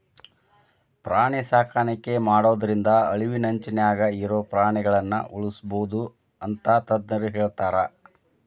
ಪ್ರಾಣಿ ಸಾಕಾಣಿಕೆ ಮಾಡೋದ್ರಿಂದ ಅಳಿವಿನಂಚಿನ್ಯಾಗ ಇರೋ ಪ್ರಾಣಿಗಳನ್ನ ಉಳ್ಸ್ಬೋದು ಅಂತ ತಜ್ಞರ ಹೇಳ್ತಾರ